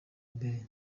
mbere